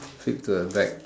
flip to the back